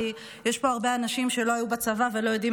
כי יש פה הרבה אנשים שלא היו בצבא ולא יודעים